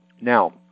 now